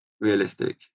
realistic